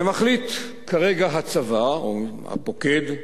מחליט כרגע הצבא, או הפוקד,